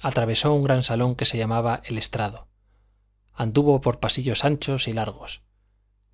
atravesó un gran salón que se llamaba el estrado anduvo por pasillos anchos y largos